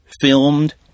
filmed